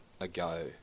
ago